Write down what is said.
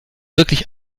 wirklich